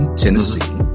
tennessee